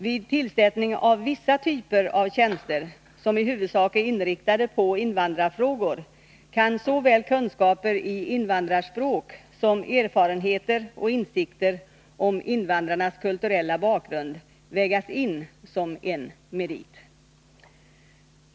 Vid tillsättning av vissa typer av tjänster, som i huvudsak är inriktade på invandrarfrågor, kan såväl kunskaper i invandrarspråk som erfarenheter av och insikter om invandrarnas kulturella bakgrund vägas in som en merit.